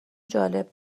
جالب